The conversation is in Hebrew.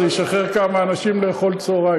זה ישחרר כמה אנשים לאכול צהריים,